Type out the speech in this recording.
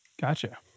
Gotcha